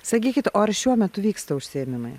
sakykit o ar šiuo metu vyksta užsiėmimai